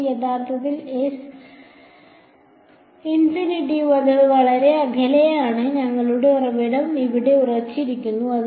ഇപ്പോൾ യഥാർത്ഥത്തിൽ അത് വളരെ അകലെയാണ് ഞങ്ങളുടെ ഉറവിടം ഇവിടെ ഉറപ്പിച്ചിരിക്കുന്നു